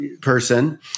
person